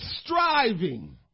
striving